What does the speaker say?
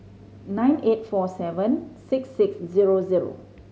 nine eight four seven six six zero zero